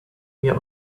wir